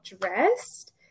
dressed